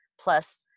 Plus